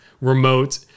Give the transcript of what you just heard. remote